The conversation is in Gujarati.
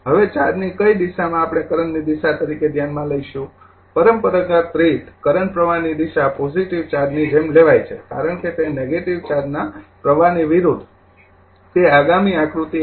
હવે ચાર્જની કઈ દિશાને આપણે કરંટની દિશા તરીકે ધ્યાનમાં લઈશું પરંપરાગતરીત કરંટ પ્રવાહની દિશા પોજિટિવ ચાર્જિસ ની જેમ લેવાય છે કારણ કે તે નેગેટિવ ચાર્જના પ્રવાહની વિરુદ્ધ તે આગામી આકૃતિ ૧